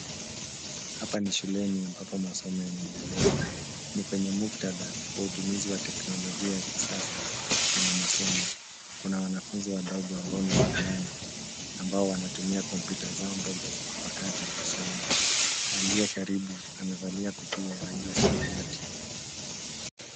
Hapa ni shuleni ambapo masomo yanaendelea. Ni kwenye muktadha wa utumizi ya teknolojia ya kisasa kwenye masomo. Kuna wanafunzi wadogo ambao ni wavulana ambao wanatumia kompyuta zao ndogo za kupakata kusoma. Aliye karibu amevalia kofia ya rangi ya samawati.